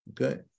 Okay